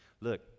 Look